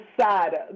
sad